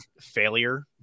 failure